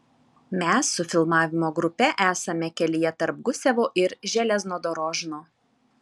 mes su filmavimo grupe esame kelyje tarp gusevo ir železnodorožno